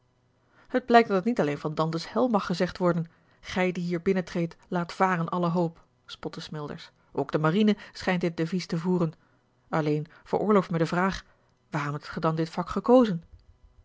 het blijkt dat het niet alleen van dante's hel mag gezegd worden gij die hier binnentreedt laat varen alle hoop spotte a l g bosboom-toussaint langs een omweg smilders ook de marine schijnt dit devies te voeren alleen veroorloof mij de vraag waarom hebt gij dan dit vak gekozen